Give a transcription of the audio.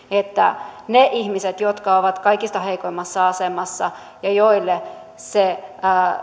että ne ihmiset jotka ovat kaikista heikoimmassa asemassa ja joille se